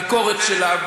הביקורת שלה,